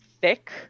thick